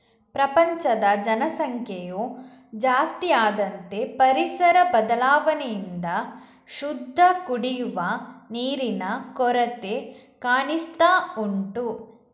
ಪ್ರಪಂಚದ ಜನಸಂಖ್ಯೆಯು ಜಾಸ್ತಿ ಆದಂತೆ ಪರಿಸರ ಬದಲಾವಣೆಯಿಂದ ಶುದ್ಧ ಕುಡಿಯುವ ನೀರಿನ ಕೊರತೆ ಕಾಣಿಸ್ತಾ ಉಂಟು